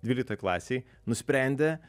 dvyliktoj klasėj nusprendę